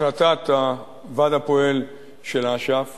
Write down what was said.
החלטת הוועד הפועל של אש"ף